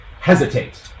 hesitate